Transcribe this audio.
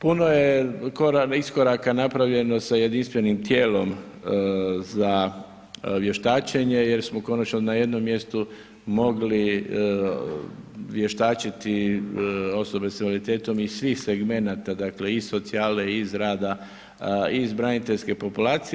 Puno je iskoraka napravljeno s jedinstvenim tijelom za vještačenjem, jer smo konačno na jednom mjestu mogli vještačiti osobe s invaliditetom iz svih segmenata, dakle, i iz socijale, iz rada, iz braniteljske populacije.